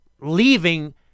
leaving